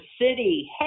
city